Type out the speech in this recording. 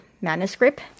manuscript